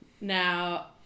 Now